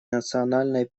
национальной